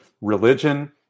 religion